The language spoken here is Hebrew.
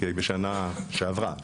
בשנה שעברה,